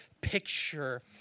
picture